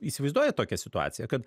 įsivaizduojat tokią situaciją kad